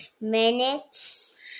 minutes